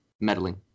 meddling